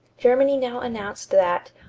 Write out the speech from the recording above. germany now announced that,